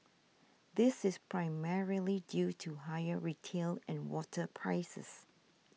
this is primarily due to higher retail and water prices